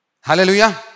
Hallelujah